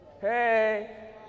hey